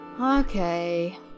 Okay